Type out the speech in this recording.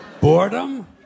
Boredom